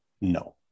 no